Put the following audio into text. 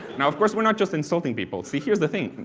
and of course we are not just insulting people, see, here is the thing,